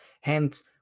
hence